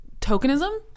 tokenism